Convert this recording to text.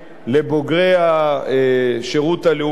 לבוגרי השירות הלאומי,